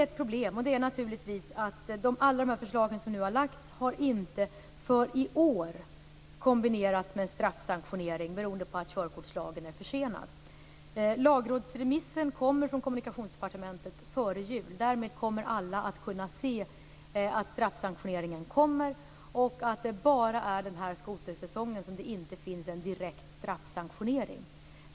Ett problem är att de förslag som nu lagts för i år inte har kombinerats med en straffsanktionering beroende på att körkortslagen är försenad. Lagrådsremissen kommer från Kommunikationsdepartementet före jul. Därmed kommer alla att kunna se att straffsanktioneringen kommer och att det bara är den här skotersäsongen som det inte finns en direkt straffsanktionering.